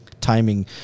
timing